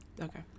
Okay